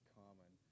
common